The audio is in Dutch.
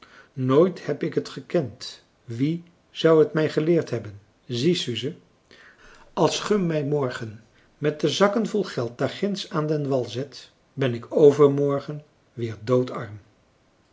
nooit heb ik het gekend wie zou het mij geleerd hebben zie suze als ge mij morgen met de zakken vol geld daarginds aan den wal zet ben ik overmorgen weer doodarm